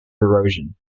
erosion